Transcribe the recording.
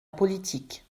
politique